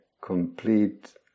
complete